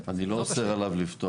אני לא אוסר עליו לפתוח.